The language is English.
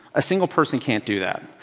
a single person can't do that,